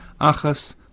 Achas